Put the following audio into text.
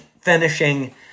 finishing